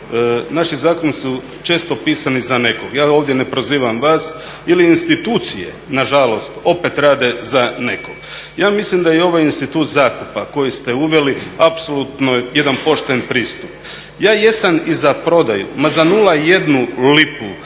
naši zakoni su često pisani za nekog, ja ovdje ne prozivam vas ili institucije nažalost opet rade za nekog. Ja mislim da i ovaj institut zakupa koji ste uveli apsolutno je jedan pošten pristup. Ja jesam i za prodaju, ma za 0,1 lipu